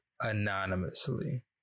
anonymously